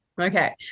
Okay